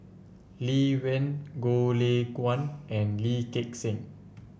Lee Wen Goh Lay Kuan and Lee Gek Seng